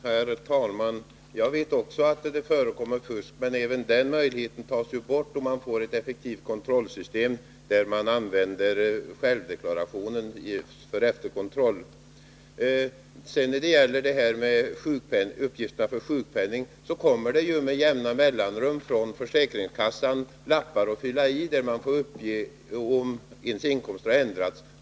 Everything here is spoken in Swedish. Herr talman! Jag vet också att det förekommer fusk, men även den möjligheten tas ju bort, om man får ett effektivt kontrollsystem där man använder självdeklarationen för efterkontroll. När det gäller uppgifterna för sjukpenning kommer det ju med jämna mellanrum från försäkringskassan blanketter att fylla i, där man får uppge om ens inkomst har ändrats.